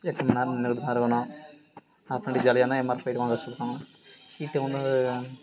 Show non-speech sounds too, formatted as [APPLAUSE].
எட்டு மணி நேரம் நின்றுட்டு தான் இருக்கணும் என் அப்ரண்டிஸ் ஜாலியானா [UNINTELLIGIBLE] ஹீட்டு வந்து